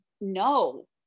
no